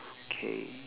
okay